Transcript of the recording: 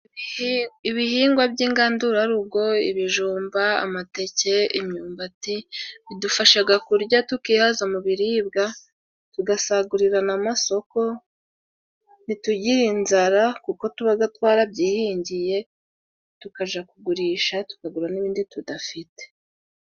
Ibihingwa by'ingandurarugo : ibijumba ,amateke, imyumbati bidufashaga kurya tukihaza mu biribwa tugasagurira n'amasoko ntitugire inzara kuko tuba twarabyihingiye tukaja kugurisha tukagura n'ibindi tudafite.